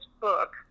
book